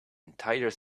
entire